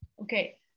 Okay